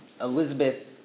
Elizabeth